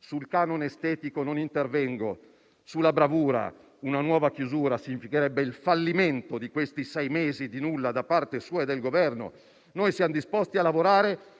Sul canone estetico non intervengo, mentre sulla bravura una nuova chiusura significherebbe il fallimento di questi sei mesi di nulla da parte sua e del Governo. Noi siamo disposti a lavorare